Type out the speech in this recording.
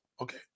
okay